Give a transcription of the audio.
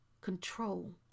control